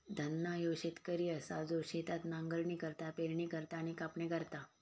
धन्ना ह्यो शेतकरी असा जो शेतात नांगरणी करता, पेरणी करता आणि कापणी करता